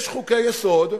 יש חוקי-יסוד,